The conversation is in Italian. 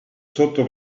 sotto